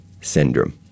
syndrome